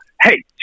hey